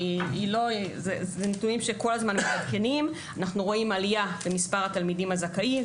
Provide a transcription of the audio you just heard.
אנחנו רואים עלייה במספר התלמידים הזכאים.